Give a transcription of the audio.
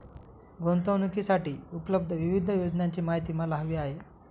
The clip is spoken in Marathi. गुंतवणूकीसाठी उपलब्ध विविध योजनांची माहिती मला हवी आहे